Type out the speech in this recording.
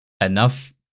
enough